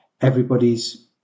everybody's